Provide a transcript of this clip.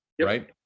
right